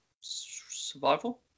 survival